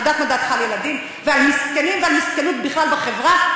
אני יודעת מה דעתך על ילדים ועל מסכנים ועל מסכנות בכלל בחברה,